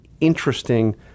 interesting